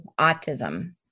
autism